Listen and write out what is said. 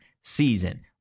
season